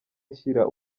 ashyira